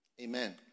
Amen